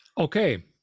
Okay